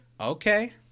okay